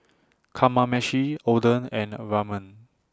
Kamameshi Oden and Ramen